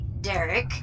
Derek